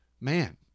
man